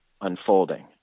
unfolding